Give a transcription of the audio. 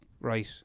right